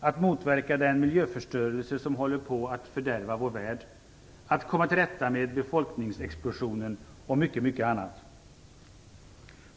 att motverka den miljöförstörelse som håller på att fördärva vår värld, att komma till rätta med befolkningsexplosionen och mycket annat.